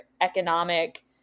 economic